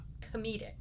comedic